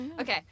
Okay